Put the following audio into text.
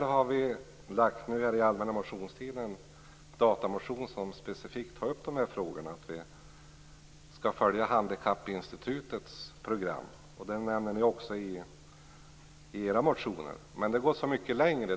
Vi har nu under allmänna motionstiden väckt en datamotion där vi specifikt tar upp de här frågorna. Det innebär att vi skall följa Handikappinstitutets program. Det nämner ni också i era motioner. Men vi går så mycket längre.